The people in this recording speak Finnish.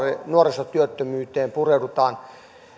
nuorisotyöttömyyteen pureudutaan